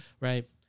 right